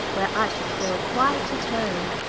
where i should feel quite at home.